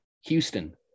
Houston